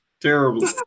terribly